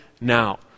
now